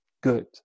good